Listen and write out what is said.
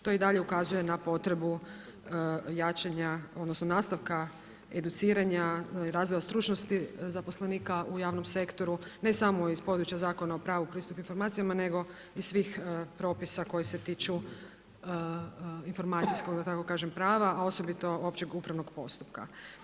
To i dalje ukazuje na potrebu jačanja, odnosno nastavka educiranja i razvoja stručnosti zaposlenika u javnom sektoru, ne samo iz područja Zakona o pravu na pristup informacijama nego i svih propisa koji se tiču informacijskoga, da tako kažem prava a osobito općeg upravnog postupka.